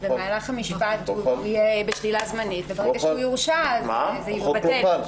במהלך המשפט הוא יהיה בשלילה זמנית וברגע שהוא יורשע זה יתבטל.